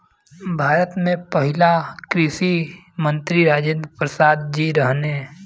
भारत के पहिला कृषि मंत्री राजेंद्र प्रसाद जी रहने